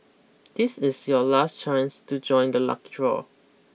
this is your last chance to join the lucky draw